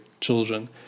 children